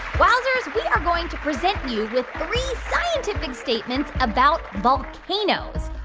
wowzers, we are going to present you with three scientific statements about volcanoes.